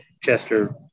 Chester